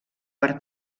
per